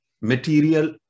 material